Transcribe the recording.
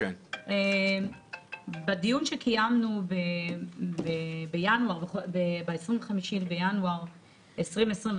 בדיון שקיימנו ב-25 בינואר 2021,